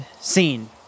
scene